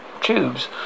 tubes